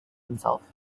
himself